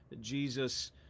Jesus